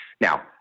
Now